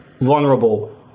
vulnerable